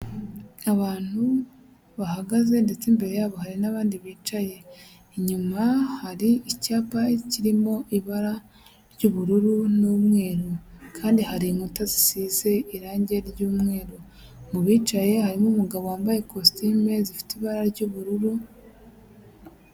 Abantu bahagaze ndetse imbere yabo hari n'abandi bicaye, inyuma hari icyapa kirimo ibara ry'ubururu n'umweru, kandi hari inkuta zisize irangi ry'umweru, mu bicaye harimo umugabo wambaye ikositimu zifite ibara ry'ubururu.